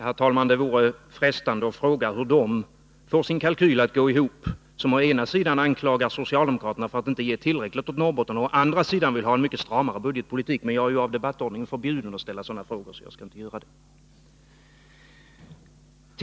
Herr talman! Det vore frestande att fråga hur folkpartiet får sin kalkyl att gåihop-— folkpartiet som å ena sidan anklagar socialdemokraterna för att inte ge tillräckligt till Norrbotten, och å andra sidan vill ha en mycket stramare budgetpolitik. Men debattordningen förbjuder mig att ställa sådana frågor — därför skall jag inte göra det.